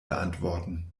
beantworten